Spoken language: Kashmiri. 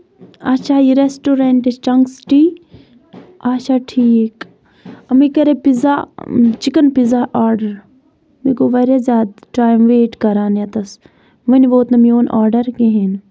اچھا یہِ ریسٹورنٹٕچ چنٛگ سِٹی اچھا ٹھیٖک مےٚ کَرے پِزا چِکَن پِزا آرڈَر مےٚ گوٚو واریاہ زیادٕ ٹایِم ویٹ کَران یَتَس وَنہِ ووٚت نہٕ میون آرڈَر کِہیٖنۍ